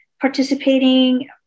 participating